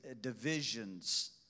divisions